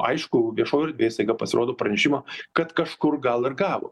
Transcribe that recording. aišku viešoj erdvėj staiga pasirodo pranešimą kad kažkur gal ir gavo